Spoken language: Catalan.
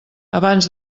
abans